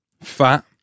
fat